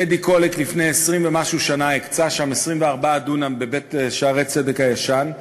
טדי קולק לפני 20 ומשהו שנה הקצה 24 דונם בבית "שערי צדק" הישן,